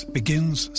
begins